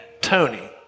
Tony